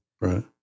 Right